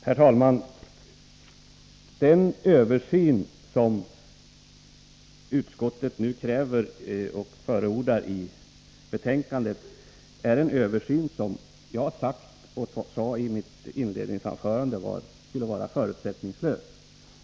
Herr talman! Jag sade i mitt inledningsanförande att den översyn som utskottet nu kräver och förordar i betänkandet skulle vara förutsättningslös.